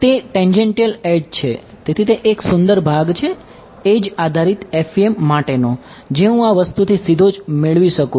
તે tangential edge આધારિત FEM માટેનો જે હું આ વસ્તુથી સીધો જ મેળવું છુ